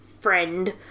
friend